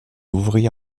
ouvrit